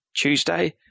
Tuesday